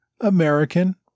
American